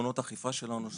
לעקרונות האכיפה שלנו.